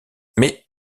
mais